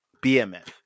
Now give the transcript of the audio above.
BMF